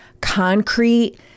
concrete